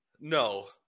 no